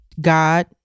God